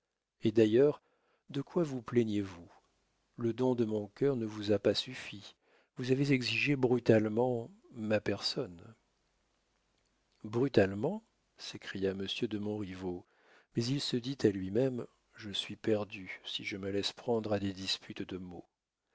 et d'ailleurs de quoi vous plaignez-vous le don de mon cœur ne vous a pas suffi vous avez exigé brutalement ma personne brutalement s'écria monsieur de montriveau mais il se dit à lui-même je suis perdu si je me laisse prendre à des disputes de mots